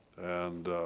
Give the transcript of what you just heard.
and